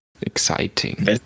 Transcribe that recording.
exciting